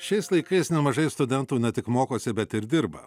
šiais laikais nemažai studentų ne tik mokosi bet ir dirba